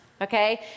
okay